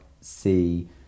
see